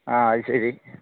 ആ അതുശരി